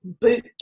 boot